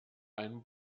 ein